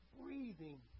breathing